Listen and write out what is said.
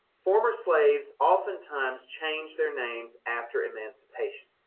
former slaves oftentimes changed their names after emancipation.